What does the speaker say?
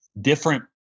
different